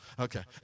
okay